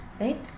Right